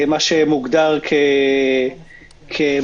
מה שמוגדר כמטבע,